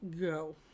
Go